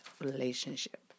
relationship